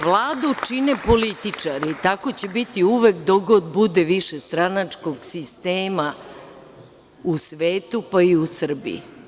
Vladu čine političari, tako će biti uvek dokle god bude višestranačkog sistema u svetu, pa i u Srbiji.